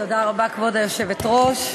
כבוד היושבת-ראש,